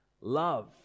love